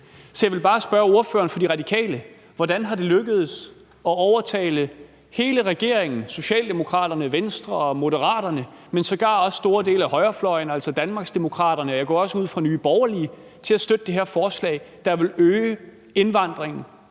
Så jeg vil bare spørge ordføreren for De Radikale, hvordan det er lykkedes at overtale hele regeringen, Socialdemokraterne, Venstre og Moderaterne, men sågar også store dele af højrefløjen, altså Danmarksdemokraterne og Nye Borgerlige, går jeg også ud fra, til at støtte det her forslag, der vil øge indvandringen